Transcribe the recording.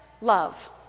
love